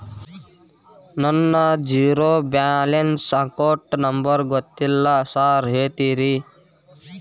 ನನ್ನ zero balance account number ಗೊತ್ತಿಲ್ಲ sir ಹೇಳ್ತೇರಿ?